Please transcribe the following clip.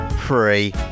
free